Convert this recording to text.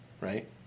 right